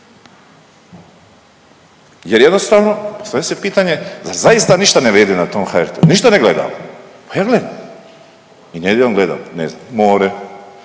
Jer jednostavno postavlja se pitanje zar zaista ništa ne vrijedi na tom HRT-u? Ništa ne gledamo? Pa ja gledam. I nedjeljom gledam ne znam „More“,